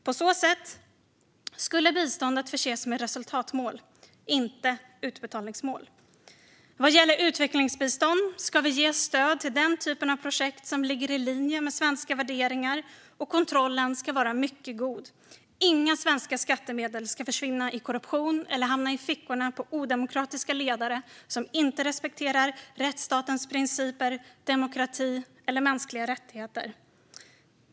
På så sätt skulle biståndet förses med resultatmål, inte utbetalningsmål. Vad gäller utvecklingsbistånd ska vi ge stöd till den typ av projekt som ligger i linje med svenska värderingar, och kontrollen ska vara mycket god. Inga svenska skattemedel ska försvinna i korruption eller hamna i fickorna på odemokratiska ledare som inte respekterar rättsstatens principer, demokrati eller mänskliga rättigheter.